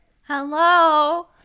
Hello